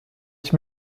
ich